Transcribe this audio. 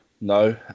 No